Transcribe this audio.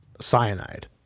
cyanide